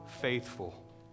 faithful